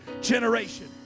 generation